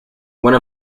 one